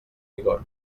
vigor